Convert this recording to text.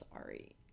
sorry